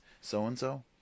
so-and-so